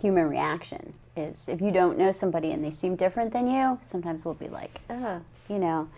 human reaction is if you don't know somebody and they seem different then you sometimes will be like you know